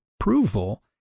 approval